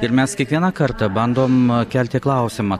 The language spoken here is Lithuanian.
ir mes kiekvieną kartą bandom kelti klausimą